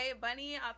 Bunny